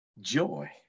Joy